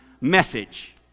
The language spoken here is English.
message